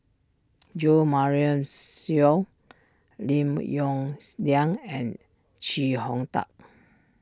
Jo Marion Seow Lim Yong Liang and Chee Hong Tat